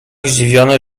zdziwiony